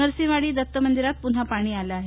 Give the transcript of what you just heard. नुसिंहवाडीतील दत्तमंदिरात पुन्हा पाणी आलं आहे